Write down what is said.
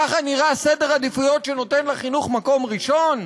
ככה נראה סדר עדיפויות שנותן לחינוך מקום ראשון?